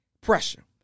Pressure